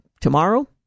tomorrow